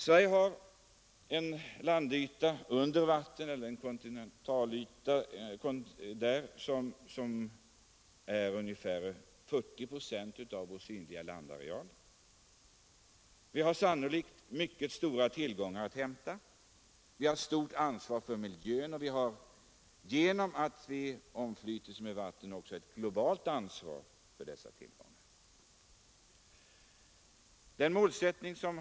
Sveriges areal under vatten utgör ungefär 40 procent av vår synliga landareal. Vi har sannolikt mycket stora tillgångar att hämta under vatten. Vi har ett stort ansvar för miljön. Genom att Sverige är omflutet av vatten, har vi ett globalt ansvar för dessa tillgångar.